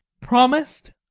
promised?